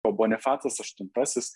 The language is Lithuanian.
o bonifacas aštuntasis